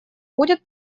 будет